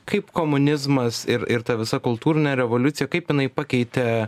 kaip komunizmas ir ir ta visa kultūrinė revoliucija kaip jinai pakeitė